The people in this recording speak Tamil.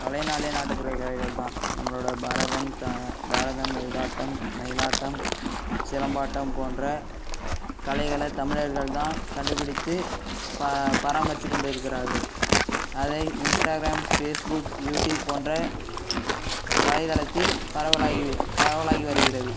கலைனாலே நாட்டுப்புறக் கலைகள் தான் நம்மளோடய பரதம் த பரதம் ஒயிலாட்டம் மயிலாட்டம் சிலம்பாட்டம் போன்ற கலைகளை தமிழர்கள் தான் கண்டுபிடித்து ப பராமரித்து கொண்டிருக்கிறார்கள் அதை இன்ஸ்டாகிராம் ஃபேஸ்புக் யூடியூப் போன்ற வலைதளத்தில் பரவலாகி வ பரவலாகி வருகிறது